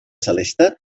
celeste